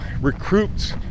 recruits